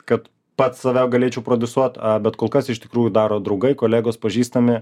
kad pats save galėčiau prodiusuot bet kol kas iš tikrųjų daro draugai kolegos pažįstami